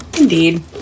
Indeed